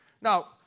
Now